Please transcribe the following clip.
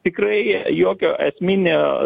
tikrai jokio esminio